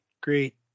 great